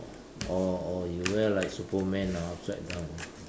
or or you wear like Superman ah upside down